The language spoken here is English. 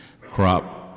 crop